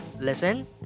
listen